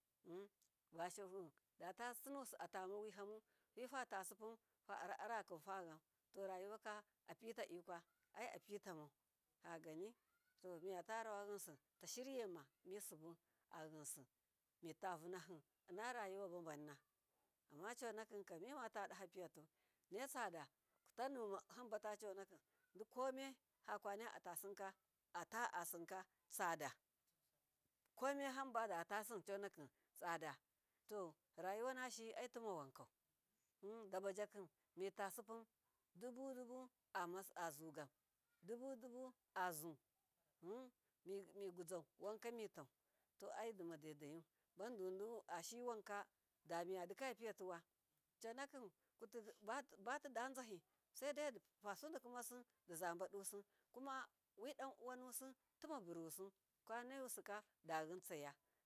vashihu abisinusu atamawahamu fifatasiputa ara ara kunfayam to rayuwaka apitadikwa, ai apitamau kogani tomiyata rawa yinsitashir yema misibu ayinsi mitavonahi innarawuwa babanna, amma cocakim kam mimatadaha piyatu naitsada hambata conaki dikome hakana ataasimka ata asinka atsada koma hambadata asimka tsada, to rayuwa nashika aiti mawankau hm dabajakim mitasipun dubudubu azugam dubudubu azu miguzawaanka mitau, to ai dima daidaiya bandudu ashiwanka damiyadika piyatiwa conakim batida zahi saidaidipasua kun wasi di zabanusi kumawa danuwanusi timabu rusu kwanayusuka dayintsaya.